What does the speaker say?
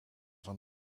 van